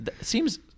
seems